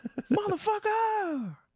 Motherfucker